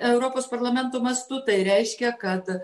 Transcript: europos parlamento mastu tai reiškia kad